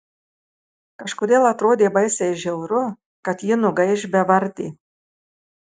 kažkodėl atrodė baisiai žiauru kad ji nugaiš bevardė